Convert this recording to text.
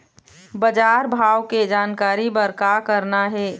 बजार भाव के जानकारी बर का करना हे?